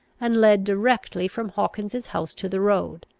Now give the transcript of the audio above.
and led directly from hawkins's house to the road.